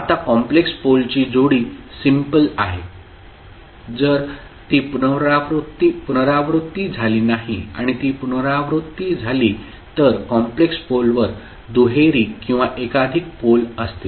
आता कॉम्प्लेक्स पोलची जोडी सिम्पल आहे जर ती पुनरावृत्ती झाली नाही आणि ती पुनरावृत्ती झाली तर कॉम्प्लेक्स पोलवर दुहेरी किंवा एकाधिक पोल असतील